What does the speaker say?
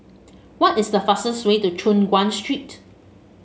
what is the fastest way to Choon Guan Street